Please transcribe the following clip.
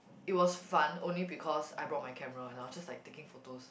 it was fun only because I brought my camera and I was just like taking photos